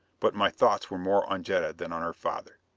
but my thoughts were more on jetta than on her father.